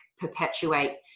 perpetuate